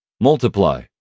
Multiply